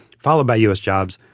followed by u s. jobs,